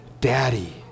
daddy